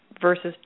versus